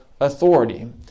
authority